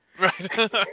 Right